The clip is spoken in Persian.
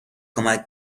کمک